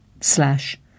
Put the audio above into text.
slash